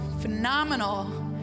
phenomenal